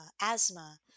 asthma